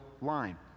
line